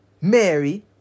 Mary